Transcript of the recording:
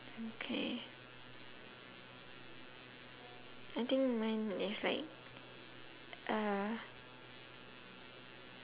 okay I think mine is like uh